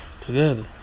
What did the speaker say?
together